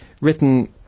written